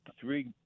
three